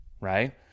Right